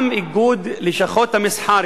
גם איגוד לשכות המסחר,